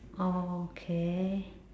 oh K